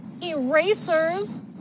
erasers